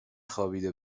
خوابیده